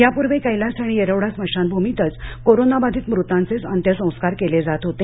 यापूर्वी कैलास आणि येरवडा स्मशानभूमीतच कोरोनाबाधित मृतांचे अंत्यसंस्कार केले जात होते